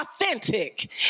authentic